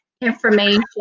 information